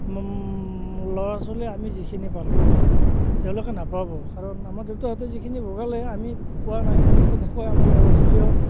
ল'ৰা ছোৱালীয়ে আমি যিখিনি পালোঁ তেওঁলোকে নাপাব কাৰণ আমাৰ দেউতাহঁতে যিখিনি ভোগালে আমি পোৱা নাই ঠিক তেনেকৈ আমাৰ ল'ৰা ছোৱালীয়েও